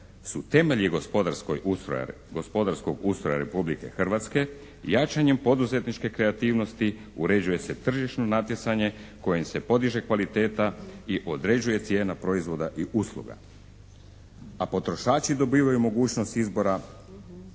su temelji gospodarskog ustroja Republike Hrvatske, jačanjem poduzetničke kreativnosti uređuje se tržišno natjecanje kojim se podiže kvaliteta i određuje cijena proizvoda i usluga, a potrošači dobivaju mogućnost izbora